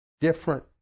different